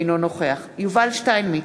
אינו נוכח יובל שטייניץ,